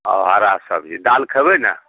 औ हरा सबजी दालि खयबै ने